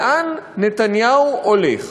לאן נתניהו הולך?